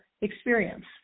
experience